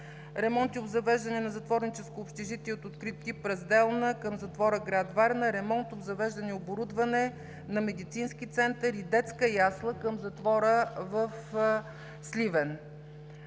ремонт и обзавеждане на затворническо общежитие от открит тип – Разделна, към затвора в град Варна, ремонт, обзавеждане и оборудване на медицински център и детска ясла към затвора в Сливен.